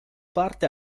parte